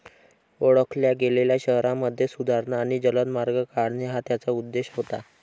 ओळखल्या गेलेल्या शहरांमध्ये सुधारणा आणि जलद मार्ग काढणे हा त्याचा उद्देश होता